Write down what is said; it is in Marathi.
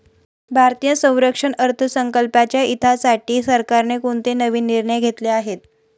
भारतीय संरक्षण अर्थसंकल्पाच्या हितासाठी सरकारने कोणते नवीन निर्णय घेतले आहेत?